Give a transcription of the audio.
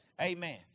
Amen